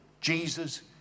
Jesus